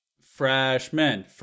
freshmen